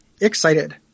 Excited